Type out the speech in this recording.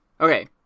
Okay